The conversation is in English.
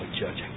judging